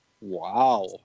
Wow